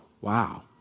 Wow